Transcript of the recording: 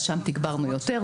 אז שם תגברנו יותר,